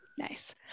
Nice